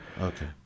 Okay